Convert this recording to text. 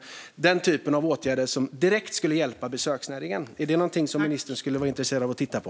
Detta är en typ av åtgärder som direkt skulle hjälpa besöksnäringen. Är detta någonting som ministern skulle vara intresserad av att titta på?